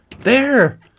There